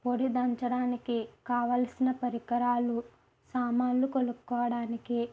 పొడి దంచడానికి కావలసిన పరికరాలు సామాన్లు కొనుక్కోవడానికి